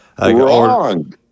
Wrong